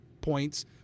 points